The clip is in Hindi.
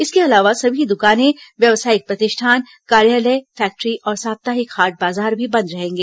इसके अलावा सभी दुकानें व्यावसायिक प्रतिष्ठान कार्यालय फैक्ट्री और साप्ताहिक हाट बाजार भी बंद रहेंगे